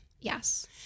Yes